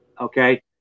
Okay